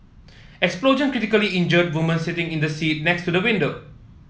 explosion critically injured woman sitting in the seat next to the window